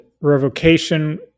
Revocation